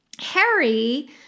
Harry